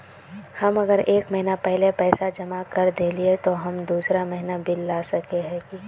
हम अगर एक महीना पहले पैसा जमा कर देलिये ते हम दोसर महीना बिल ला सके है की?